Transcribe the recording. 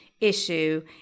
issue